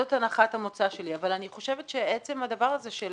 זאת הנחת המוצא שלי אבל אני חושבת שעצם הדבר הזה של